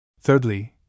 Thirdly